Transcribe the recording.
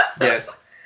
Yes